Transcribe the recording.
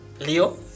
Leo